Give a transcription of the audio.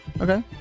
Okay